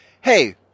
hey